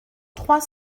trois